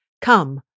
Come